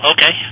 Okay